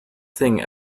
thing